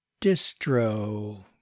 distro